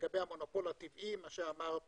לגבי המונופול הטבעי, מה שאמרת